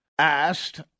asked